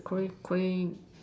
cray cray